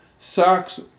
socks